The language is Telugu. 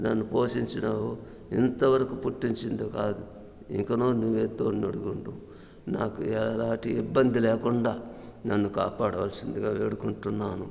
నన్ను పోషించినావు ఇంతవరకు పుట్టించినది కాదు ఇకను నువ్వే తోడు నీడగా ఉంటూ నాకు ఎలాంటి ఇబ్బంది లేకుండా నన్ను కాపాడవలసిందిగా వేడుకుంటున్నాను